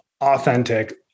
authentic